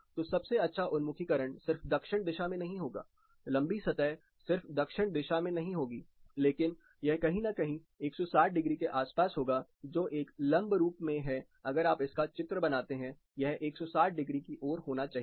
तो सबसे अच्छा उन्मुखीकरण सिर्फ दक्षिण दिशा में नहीं होगा लंबी सतहसिर्फ दक्षिण दिशा में नहीं होगा लेकिन यह कहीं न कहीं 160 डिग्री के आसपास होगा जो एक लंबरूप में है अगर आप इसका चित्र बनाते हैं यह 160 डिग्री की ओर होना चाहिए